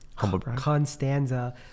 Constanza